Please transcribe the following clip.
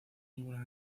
ninguna